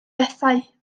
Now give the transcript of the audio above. bethau